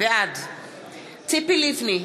בעד ציפי לבני,